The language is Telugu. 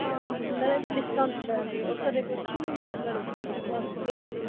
చిన్నది అయితే డిస్కౌంట్ ఉండదు అండి ఒకసారి రేపు వచ్చి మాట్లాడుకోండి మీకా వెహికల్